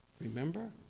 remember